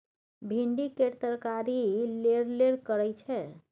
भिंडी केर तरकारी लेरलेर करय छै